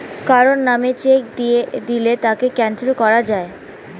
কারো নামে চেক দিয়ে দিলে তাকে ক্যানসেল করা যায়